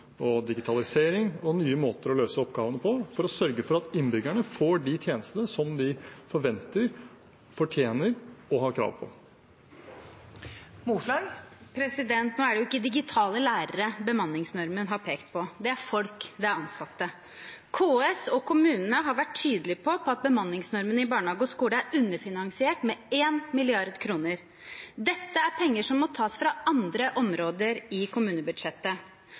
og digitalisering og nye måter å løse oppgavene på, for å sørge for at innbyggerne får de tjenestene de forventer, fortjener og har krav på. Nå er det ikke digitale lærere bemanningsnormen har pekt på. Det er folk, det er ansatte. KS og kommunene har vært tydelige på at bemanningsnormen i barnehage og skole er underfinansiert med 1 mrd. kr. Dette er penger som må tas fra andre områder i kommunebudsjettet.